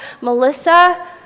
Melissa